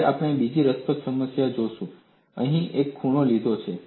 અને આપણે બીજી રસપ્રદ સમસ્યા જોશું મેં અહીં એક ખૂણો લીધો છે